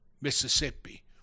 Mississippi